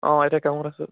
অঁ এতিয়া কামত আছোঁ